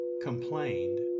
complained